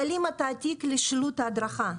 כללים לתעתיק שילוט ההדרכה,